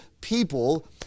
people